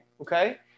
Okay